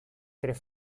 tres